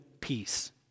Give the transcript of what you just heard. peace